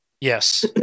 Yes